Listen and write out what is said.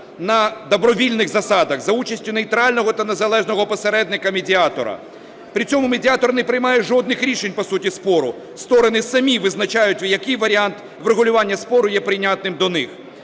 на добровільних засадах за участю нейтрального та незалежного посередника - медіатора. При цьому медіатор не приймає жодних рішень по суті спору, сторони самі визначають, який варіант спору є прийнятним до них.